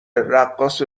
رقاص